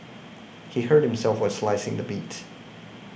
he hurt himself while slicing the meat